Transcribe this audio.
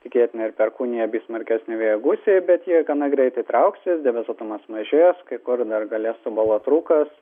tikėtina ir perkūnija bei smarkesnio vėjo gūsiai bet jie gana greitai trauksis debesuotumas mažės kai kur dar galės suboluot rūkas